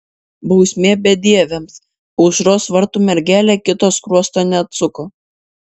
bausmė bedieviams aušros vartų mergelė kito skruosto neatsuko